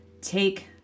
take